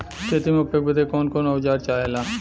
खेती में उपयोग बदे कौन कौन औजार चाहेला?